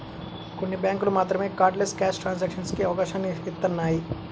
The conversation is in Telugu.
కొన్ని బ్యేంకులు మాత్రమే కార్డ్లెస్ క్యాష్ ట్రాన్సాక్షన్స్ కి అవకాశాన్ని ఇత్తన్నాయి